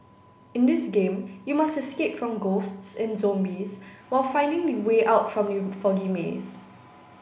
in this game you must escape from ghosts and zombies while finding the way out from the foggy maze